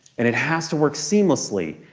and it has to work seamlessly.